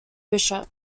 bishop